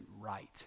right